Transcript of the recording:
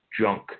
junk